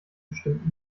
bestimmt